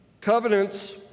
Covenants